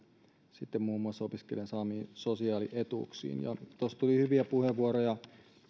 sitten muun muassa opiskelijan saamiin sosiaalietuuksiin tuossa tuli hyviä puheenvuoroja